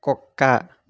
కుక్క